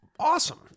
Awesome